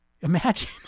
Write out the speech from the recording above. Imagine